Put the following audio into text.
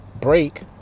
break